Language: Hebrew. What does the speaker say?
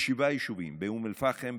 בשבעה יישובים: באום אל-פחם,